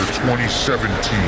2017